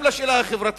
גם לשאלה החברתית,